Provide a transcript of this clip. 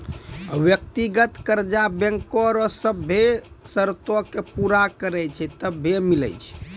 व्यक्तिगत कर्जा बैंको रो सभ्भे सरतो के पूरा करै छै तबै मिलै छै